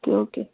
okay okay